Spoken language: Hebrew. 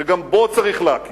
שגם בו צריך להכיר,